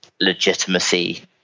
legitimacy